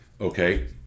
okay